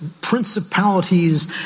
principalities